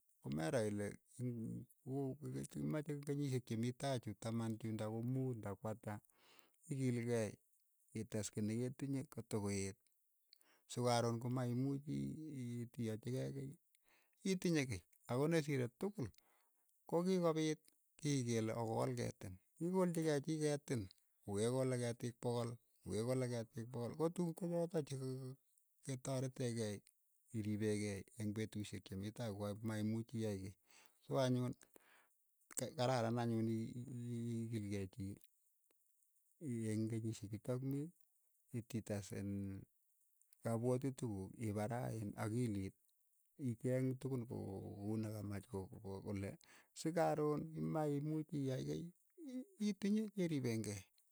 Ko meroo ile ing' ki mache kenyishek che mi tai chu taman chu nda ko muut nda kwata, ikiilkei ites kiy ne ketinye kotokoeet sokaroon ko ma imuuchi ii itaiyachi kei kiy. itinye kiy, ako ne sire tukul, ko ki ko piit kiy kele o kool ketin, ikolchikei chii ketin ko kekole ketiik pogol, ko kekole ketiik pogol kotuun ko chotok chek ketarete kei iripe kei eng petushek che mii tai ko maimuchi iyai kiy, so anyun, ka- kararan anyun ii- ii- iikilkei chii eng' kenyishek chutok mii ititees iin kapwatutik kuk iparaa iin akilit icheeng tukun ko- kouni kamach ko- ko kole si karoon ye maimuuchi iyai kei ii- itinye che ripeen kei.